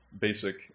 basic